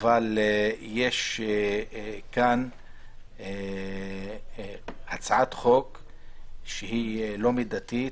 אבל יש כאן הצעת חוק שהיא לא מידתית,